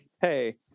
Hey